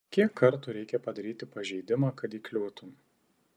kiek kartų reikia padaryti pažeidimą kad įkliūtum